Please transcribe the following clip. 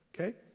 okay